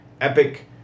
Epic